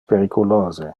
periculose